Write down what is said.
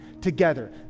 together